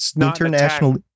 international